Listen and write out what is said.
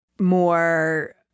more